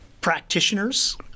practitioners